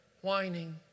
whining